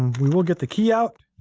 we will get the key out.